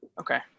Okay